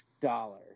dollar